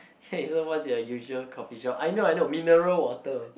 okay so what's your usual coffee shop I know I know mineral water